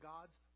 God's